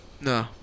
No